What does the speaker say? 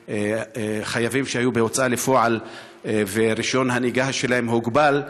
לחייבים שהיו בהוצאה לפועל ורישיון הנהיגה שלהם הוגבל,